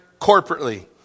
corporately